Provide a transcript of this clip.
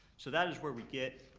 so that is where we get,